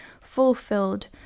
fulfilled